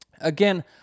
again